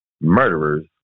murderers